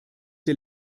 der